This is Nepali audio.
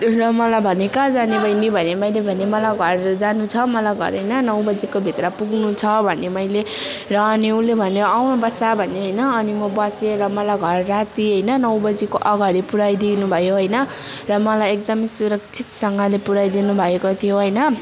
र मलाई भन्यो कहाँ जाने बहिनी भन्यो मैले भने मलाई घर जानु छ मलाई घर होइन नौ बजीको भित्र पुग्नु छ भने मैले र अनि उसले भन्यो आऊ बस् भन्यो होइन अनि म बसे र मलाई घर राति होइन नौ बजीको अगाडि पुऱ्याइदिनु भयो होइन र मलाई एकदम सुरक्षितसँगले पुऱ्याइदिनु भएको थियो होइन